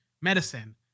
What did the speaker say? medicine